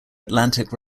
atlantic